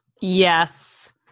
Yes